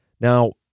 Now